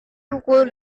pukul